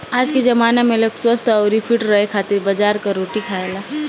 आजके जमाना में लोग स्वस्थ्य अउरी फिट रहे खातिर बाजरा कअ रोटी खाएला